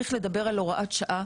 זרוע העבודה,